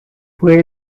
fue